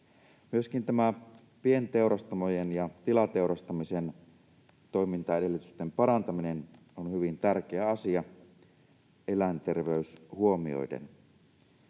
tämä pienteurastamojen ja tilateurastamisen toimintaedellytysten parantaminen — eläinterveys huomioiden